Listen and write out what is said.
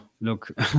look